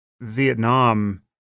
Vietnam